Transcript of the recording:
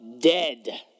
dead